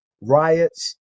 riots